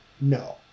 no